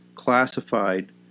Classified